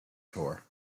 tour